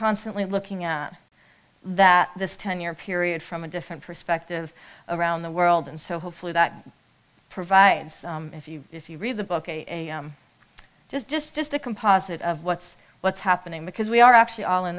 constantly looking at that this ten year period from a different perspective around the world and so hopefully that provides if you if you read the book a just just just a composite of what's what's happening because we are actually all in